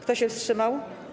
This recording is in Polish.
Kto się wstrzymał?